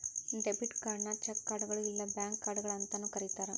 debit ಕಾರ್ಡ್ನ check ಕಾರ್ಡ್ಗಳು ಇಲ್ಲಾ ಬ್ಯಾಂಕ್ ಕಾರ್ಡ್ಗಳ ಅಂತಾನೂ ಕರಿತಾರ